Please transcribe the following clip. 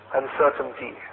uncertainty